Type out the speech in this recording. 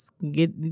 Get